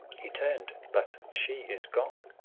he turned, but she is gone!